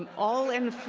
all in favor?